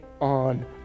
on